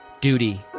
duty